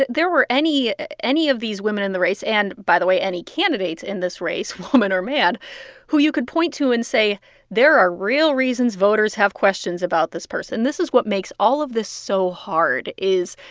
there were any any of these women in the race and, by the way, any candidate in this race, woman or man who you could point to and say there are real reasons voters have questions about this person. this is what makes all of this so hard is,